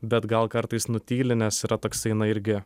bet gal kartais nutyli nes yra toksai na irgi